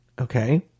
Okay